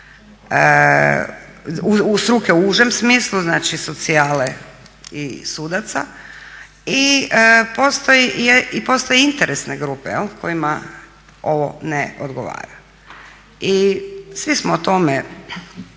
struke u užem smislu znači socijale i sudaca, i postoje interesne grupe jel' kojima ovo ne odgovara. I svi smo o tome